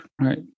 right